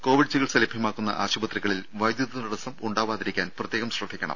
Covid ചികിത്സ ലഭ്യമാക്കുന്ന ആശുപത്രികളിൽ വൈദ്യുതി തടസ്സം ഉണ്ടാവാതിരിക്കാൻ പ്രത്യേകം ശ്രദ്ധിക്കണം